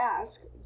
ask